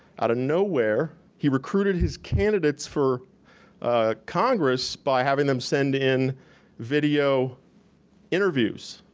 out of nowhere, he recruited his candidates for congress by having them send in video interviews,